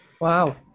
Wow